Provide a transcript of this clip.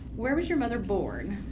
where was your mother born?